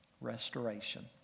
Restoration